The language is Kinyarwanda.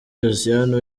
josiane